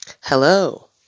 Hello